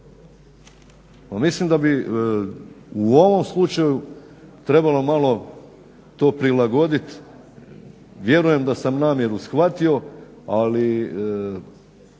Mislim da bi u ovom slučaju trebalo malo to prilagoditi. Vjerujem da sam namjeru shvatio ali